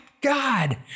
God